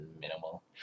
minimal